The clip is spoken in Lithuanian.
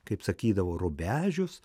kaip sakydavo rubežius